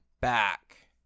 back